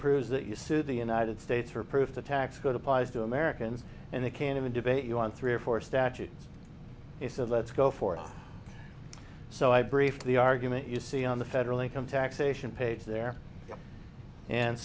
proof that you sued the united states for proof the tax code applies to americans and they can't even debate you on three or four statutes so let's go for it so i brief the argument you see on the federal income taxation page there and